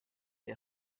the